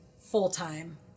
full-time